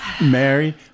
Mary